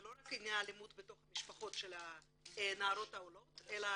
זה לא רק אלימות בתוך המשפחות של הנערות העולות אלא